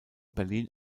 berlin